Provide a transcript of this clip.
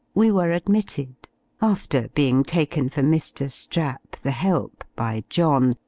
we were admitted after being taken for mr. strap, the help, by john,